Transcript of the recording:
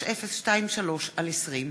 3023/20,